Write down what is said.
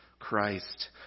Christ